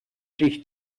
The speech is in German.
dich